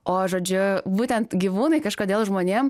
o žodžiu būtent gyvūnai kažkodėl žmonėm